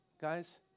guys